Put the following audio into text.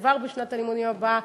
כבר בשנת הלימודים הבאה,